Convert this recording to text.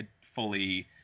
fully